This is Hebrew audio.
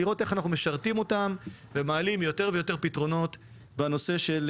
לראות איך אנחנו משרתים אותם ומעלים יותר ויותר פתרונות בנושא של